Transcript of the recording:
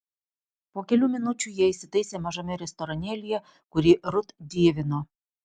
po kelių minučių jie įsitaisė mažame restoranėlyje kurį rut dievino